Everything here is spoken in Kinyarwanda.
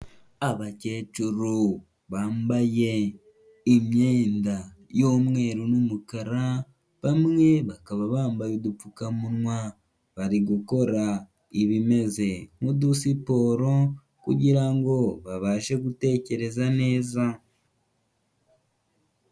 Abakecuru bambaye imyenda y'umweru n'umukara bamwe bakaba bambaye udupfukamunwa, bari gukora ibimeze nk'udusiporo kugira ngo babashe gutekereza neza.